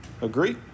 agree